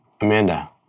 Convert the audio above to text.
Amanda